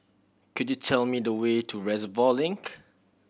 could you tell me the way to Reservoir Link